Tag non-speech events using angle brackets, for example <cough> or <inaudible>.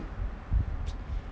<noise>